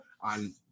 on